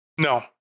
No